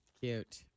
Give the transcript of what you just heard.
Cute